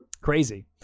crazy